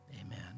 Amen